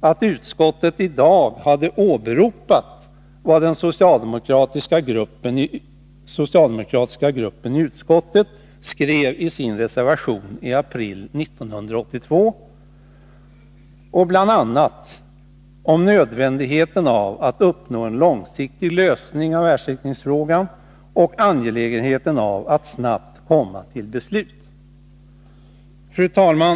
av utskottet att i dag åberopa vad den socialdemokratiska gruppen i utskottet skrev i sin reservation i april 1982, bl.a. om nödvändigheten av att nå en långsiktig lösning i ersättningsfrågan och angelägenheten av att snabbt komma till beslut. Fru talman!